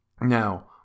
Now